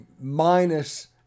minus